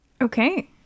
Okay